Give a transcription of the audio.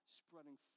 spreading